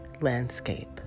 landscape